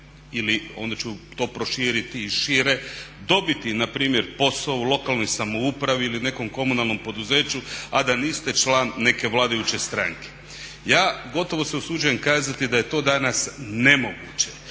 ili onda ću to proširi i šire, dobiti npr. posao u lokalnoj samoupravi ili nekom komunalnom poduzeću, a da niste član neke vladajuće stranke? Ja, gotovo se usuđujem kazati da je to danas nemoguće.